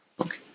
okay